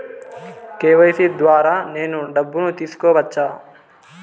KYC ద్వారా నేను డబ్బును తీసుకోవచ్చా?